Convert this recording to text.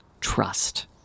trust